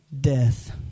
Death